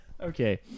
Okay